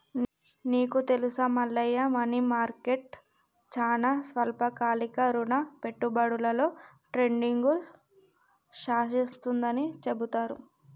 నీకు తెలుసా Mallayya money market చానా స్వల్పకాలిక రుణ పెట్టుబడులలో ట్రేడింగ్ను శాసిస్తుందని చెబుతారు